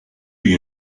you